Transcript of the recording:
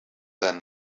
then